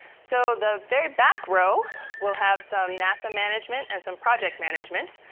so the very back row will have some nasa management and some project management,